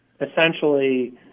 essentially